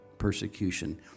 persecution